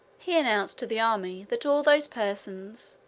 he announced to the army that all those persons,